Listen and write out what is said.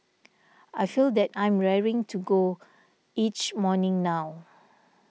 I feel that I'm raring to go each morning now